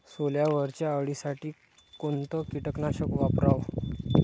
सोल्यावरच्या अळीसाठी कोनतं कीटकनाशक वापराव?